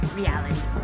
reality